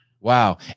Wow